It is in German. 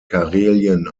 karelien